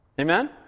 Amen